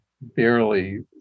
barely